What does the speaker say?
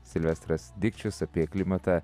silvestras dikčius apie klimatą